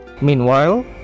Meanwhile